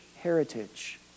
heritage